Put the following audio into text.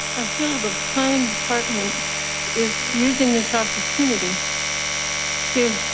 i feel the planning department is using this opportunity to,